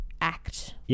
act